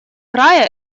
края